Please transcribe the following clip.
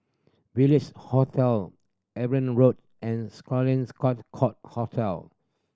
Village Hotel Evelyn Road and Sloane Court Hotel